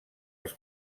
els